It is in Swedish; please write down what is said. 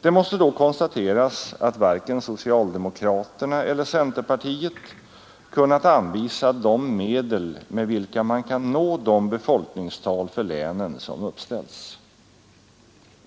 Det måste då konstateras att varken socialdemokraterna eller centerpartiet kunnat anvisa de medel med vilka man kan nå de befolkningstal för länen som uppställs.